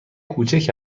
کوچک